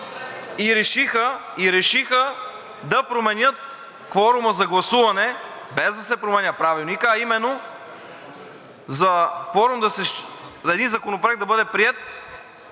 и решиха да променят кворума за гласуване, без да се променя Правилникът, а именно – един законопроект да бъде приет